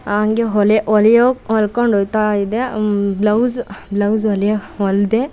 ಹಂಗೆ ಹೊಲಿ ಹೊಲಿಯೋಕ್ ಹೊಲ್ಕೊಂಡು ಹೋಗ್ತಾ ಇದ್ದೆ ಬ್ಲೌಸು ಬ್ಲೌಸು ಹೊಲಿಯೋ ಹೊಲಿದೆ